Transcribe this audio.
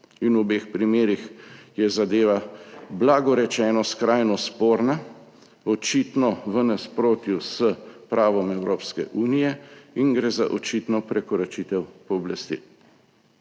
in v obeh primerih je zadeva, blago rečeno, skrajno sporna. Očitno v nasprotju s pravom Evropske unije in gre za očitno prekoračitev pooblastil.